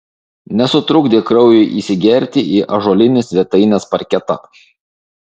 nesutrukdė kraujui įsigerti į ąžuolinį svetainės parketą